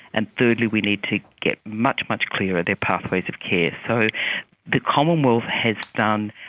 and thirdly we need to get much, much clearer their pathways of care. so the commonwealth has done,